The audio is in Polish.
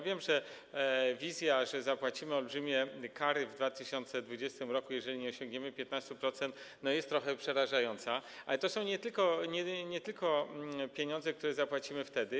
Wiem, że wizja, że zapłacimy olbrzymie kary w 2020 r., jeżeli nie osiągniemy 15%, jest trochę przerażająca, ale to są nie tylko pieniądze, które zapłacimy wtedy.